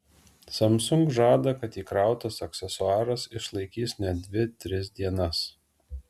samsung žada kad įkrautas aksesuaras išlaikys net dvi tris dienas